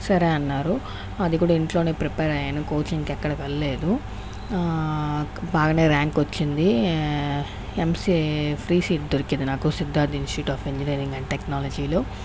సరే అన్నారు అది కూడా ఇంట్లోనే ప్రిపేర్ అయ్యాను కోచింగ్కి ఎక్కడ వెళ్ళలేదు బాగానే ర్యాంక్ వచ్చింది ఎంసీఏ ఫ్రీ సీట్ దొరికింది నాకు Siddhartha institute of engineering and టెక్నాలజీలో